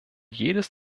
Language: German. jedes